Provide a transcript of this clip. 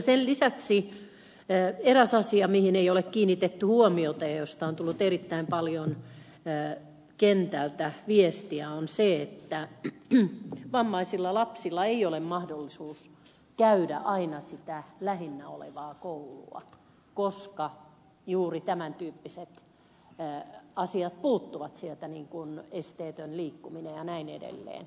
sen lisäksi eräs asia mihin ei ole kiinnitetty huomiota ja mistä on tullut erittäin paljon kentältä viestiä on se että vammaisilla lapsilla ei ole mahdollisuutta käydä aina sitä lähinnä olevaa koulua koska juuri tämän tyyppiset asiat puuttuvat sieltä kuin esteetön liikkuminen ja niin edelleen